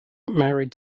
married